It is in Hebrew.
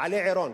מעלה-עירון.